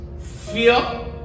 fear